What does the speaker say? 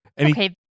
okay